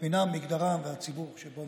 להיות ליד בנט זה לא כבוד גדול, אני מסכים איתך.